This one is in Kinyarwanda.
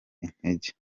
intege